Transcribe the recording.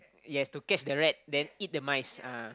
yes to catch the rat then eat the mice ah